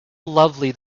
lovely